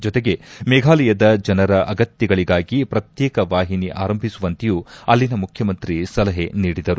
ಜತೆಗೆ ಮೇಫಾಲಯದ ಜನರ ಅಗತ್ಯಗಳಿಗಾಗಿ ಪ್ರತ್ಯೇಕ ವಾಹಿನಿ ಆರಂಭಿಸುವಂತೆಯೂ ಅಲ್ಲಿನ ಮುಖ್ಯಮಂತ್ರಿ ಸಲಹೆ ನೀಡಿದರು